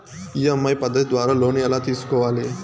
EMI పద్ధతి ద్వారా loan ఎలా తీసుకోవాలి